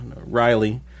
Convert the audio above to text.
Riley